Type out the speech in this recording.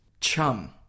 Chum